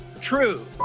True